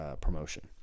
promotion